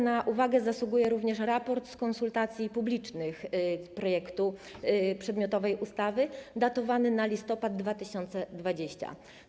Na uwagę zasługuje również raport z konsultacji publicznych projektu przedmiotowej ustawy datowany na listopad 2020 r.